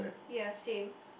ya same